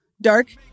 Dark